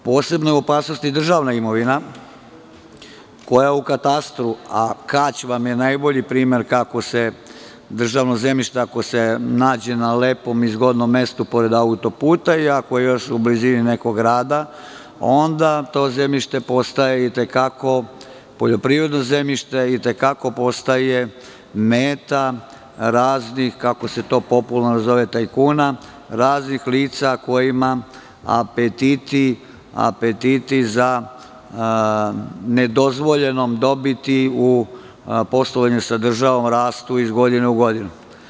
Posebno je u opasnosti državna imovina koja u katastru, a Kać vam je najbolji primer kako se državno zemljište, ako se nađe na lepom i zgodnom mestu, pored autoputa i ako je još u blizini nekog grada, onda to poljoprivredno zemljište postaje meta raznih, kako se to popularno zove, tajkuna, raznih lica kojima apetiti za nedozvoljenom dobiti u poslovanju sa državom rastu iz godine u godinu.